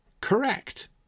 correct